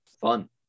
Fun